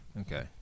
okay